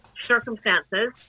circumstances